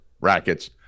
Rackets